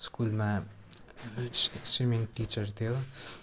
स्कुलमा swimming teacher थियो